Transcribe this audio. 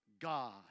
God